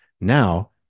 Now